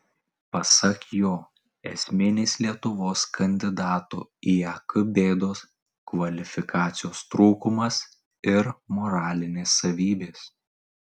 pasak jo esminės lietuvos kandidato į ek bėdos kvalifikacijos trūkumas ir moralinės savybės